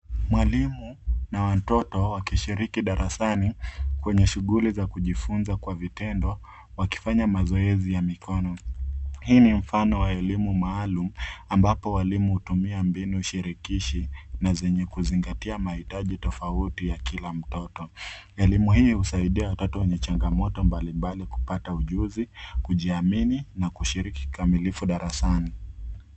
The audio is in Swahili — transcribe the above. Mwalimu na watoto wakishiriki darasani kwenye shughuli za kujifunza kwa vitendo wakifanya mazoezi ya mikono. Hii ni mfano wa elimu maalumu ambapo walimu hutumia mbinu shirikishi na zenye kuzingatia mahitaji tofauti ya kila mtoto. Elimu hii husaidia watoto wenye changamoto mbalimbali kupata ujuzi, kujiamini na kushiriki kikamilifu darasani.